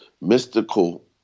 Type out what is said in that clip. Mystical